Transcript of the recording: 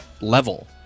level